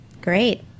Great